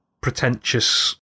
pretentious